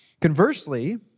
Conversely